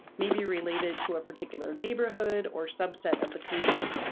maybe related to particular neighborhood or subset of the community.